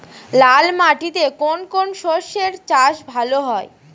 লাল মাটিতে কোন কোন শস্যের চাষ ভালো হয়?